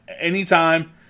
anytime